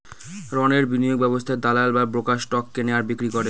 রণের বিনিয়োগ ব্যবস্থায় দালাল বা ব্রোকার স্টক কেনে আর বিক্রি করে